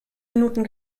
minuten